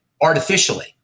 artificially